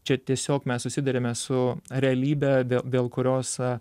čia tiesiog mes susiduriame su realybe dėl kurios aš